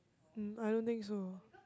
um I don't think so